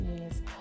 Yes